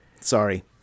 Sorry